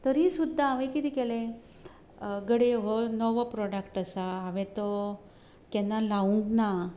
तरी सुद्दां हांवें कितें केलें घडये हो नवो प्रोडक्ट आसा हांवें तो केन्ना लावूंक ना